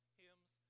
hymns